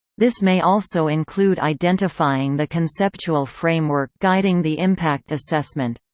this may also include identifying the conceptual framework guiding the impact assessment